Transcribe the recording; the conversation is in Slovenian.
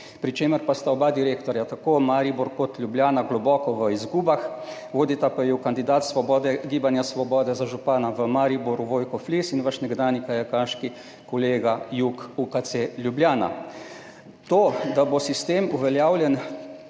pri čemer pa sta oba direktorja, tako Maribor kot Ljubljana, globoko v izgubah, vodita pa ju kandidat Gibanja Svoboda za župana v Mariboru Vojko Flis in vaš nekdanji kajakaški kolega Jug, UKC Ljubljana. To, da bo sistem uveljavljen